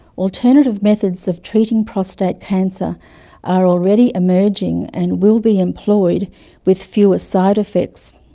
alternative methods of treating prostate cancer are already emerging and will be employed with fewer side effects.